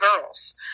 girls